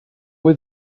were